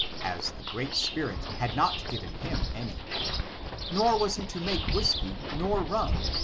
as the great spirit had not given him any nor was he to make whisky nor rum,